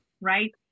Right